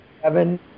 Seven